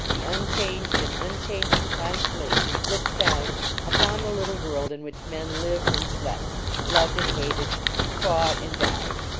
the un changed and unchanging constellations looked down upon the little world in which men lived and slept loved and hated fought and died.